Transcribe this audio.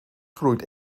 groeit